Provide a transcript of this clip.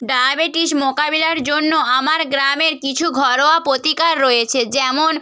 diabetes মোকাবিলার জন্য আমার গ্রামের কিছু ঘরোয়া প্রতিকার রয়েছে যেমন